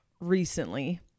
recently